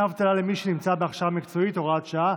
דמי אבטלה למי שנמצא בהכשרה מקצועית) (הוראת שעה),